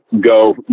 go